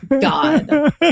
God